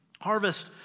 harvest